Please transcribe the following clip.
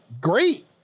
great